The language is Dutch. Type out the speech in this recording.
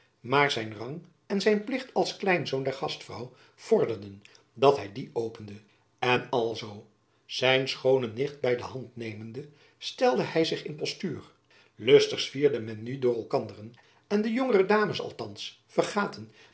maar zijn rang en zijn plicht als kleinzoon der gastvrouw vorderden dat hy dien opende en alzoo zijn schoone nicht by de hand nemende stelde hy zich in postuur lustig zwierde men nu door elkanderen en de jongere dames althands vergaten